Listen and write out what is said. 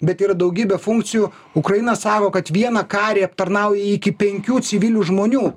bet yra daugybė funkcijų ukraina sako kad vieną karį aptarnauja iki penkių civilių žmonių